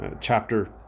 chapter